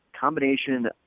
Combination